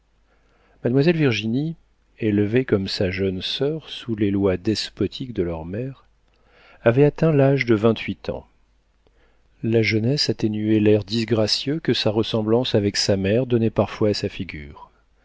mademoiselle virginie élevée comme sa jeune soeur sous les lois despotiques de leur mère avait atteint l'âge de vingt-huit ans la jeunesse atténuait l'air disgracieux que sa ressemblance avec sa mère donnait parfois à sa figure